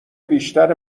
بیشتر